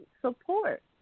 support